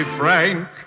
frank